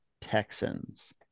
Texans